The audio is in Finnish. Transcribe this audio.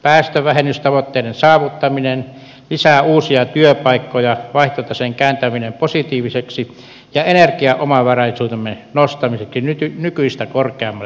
päästövähennystavoitteiden saavuttaminen lisää uusia työpaikkoja vaihtotaseen kääntäminen positiiviseksi ja energiaomavaraisuutemme nostaminen nykyistä korkeammalle tasolle